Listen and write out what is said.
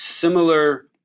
Similar